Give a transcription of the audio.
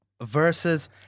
versus